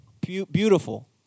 beautiful